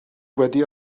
wedi